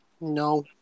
No